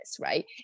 right